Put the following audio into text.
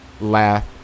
laugh